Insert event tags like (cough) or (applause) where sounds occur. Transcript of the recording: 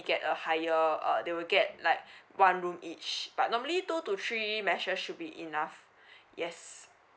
get a higher uh they will get like (breath) one room each but normally two to three mashes should be enough (breath) yes